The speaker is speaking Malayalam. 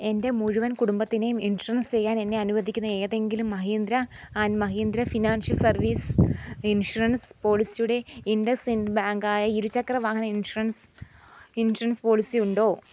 എന്റെ മുഴുവൻ കുടുംബത്തിനെയും ഇൻഷുറൻസ് ചെയ്യാൻ എന്നെ അനുവദിക്കുന്ന ഏതെങ്കിലും Mahindra and Mahindra financial service insurance പോളിസിയുടെ ഇന്റസിൻറ്റ് ബാങ്ക് ആയ ഇരുചക്ര വാഹന ഇൻഷുറൻസ് ഇൻഷുറൻസ് പോളിസിയുണ്ടോ